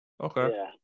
Okay